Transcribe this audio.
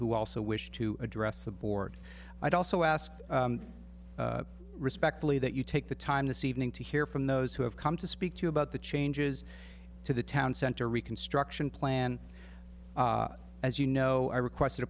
who also wish to address the board i'd also ask respectfully that you take the time this evening to hear from those who have come to speak to you about the changes to the town center reconstruction plan as you know i requested a